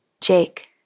Jake